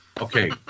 Okay